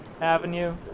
Avenue